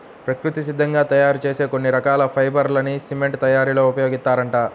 ప్రకృతి సిద్ధంగా తయ్యారు చేసే కొన్ని రకాల ఫైబర్ లని సిమెంట్ తయ్యారీలో ఉపయోగిత్తారంట